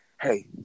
Hey